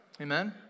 Amen